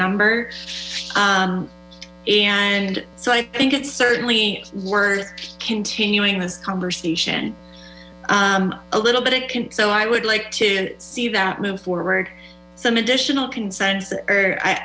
number and so i think it's certainly worth continuing this conversation a little bit so i would like to see that move forward some additional concerns or